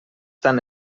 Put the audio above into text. tan